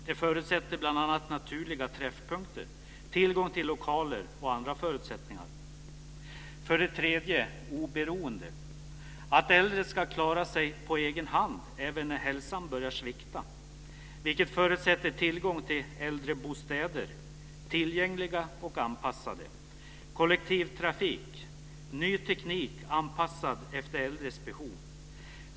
Det förutsätter bl.a. naturliga träffpunkter, tillgång till lokaler osv. För det tredje: Oberoende. Äldre ska klara sig på egen hand även när hälsan börja svikta. Det förutsätter tillgång till anpassade äldrebostäder, kollektivtrafik och ny teknik anpassad efter äldres behov.